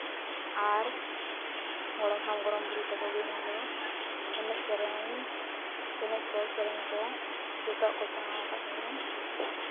ᱟᱨ ᱜᱚᱲᱚᱢ ᱦᱟᱲᱟᱢ ᱜᱚᱲᱚᱢ ᱵᱩᱲᱦᱤ ᱛᱟᱠᱚ ᱜᱮ ᱤᱧᱫᱚ ᱮᱱᱮᱡᱼᱥᱮᱨᱮᱧ ᱮᱱᱮᱡ ᱠᱚ ᱥᱮᱨᱮᱧ ᱠᱚ ᱡᱚᱛᱚᱣᱟᱜ ᱠᱚ ᱥᱮᱬᱟ ᱠᱟᱫᱤᱧᱟᱹ